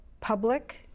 Public